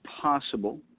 possible